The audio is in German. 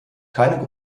keine